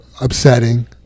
upsetting